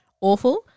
awful